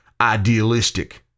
Idealistic